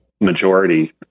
majority